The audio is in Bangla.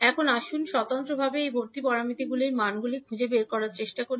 এখন আসুন স্বতন্ত্রভাবে এই ভর্তি প্যারামিটারগুলির মানগুলি খুঁজে বের করার চেষ্টা করি